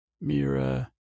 Mira